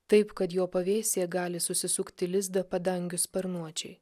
taip kad jo pavėsyje gali susisukti lizdą padangių sparnuočiai